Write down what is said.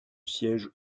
sièges